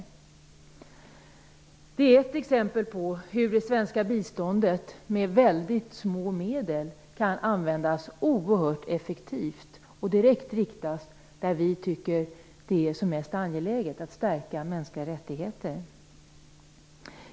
Det är ett exempel på hur det svenska biståndet med väldigt små medel kan användas oerhört effektivt och direkt riktas dit där vi tycker att det är som mest angeläget, nämligen för att stärka mänskliga rättigheter.